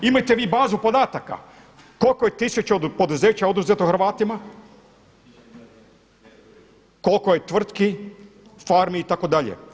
Imate vi bazu podataka koliko je tisuća poduzeća oduzeto Hrvatima, koliko je tvrtki, farmi itd.